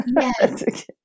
yes